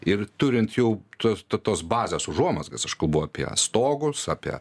ir turint jau tos to tos bazės užuomazgas aš kalbu apie stogus apie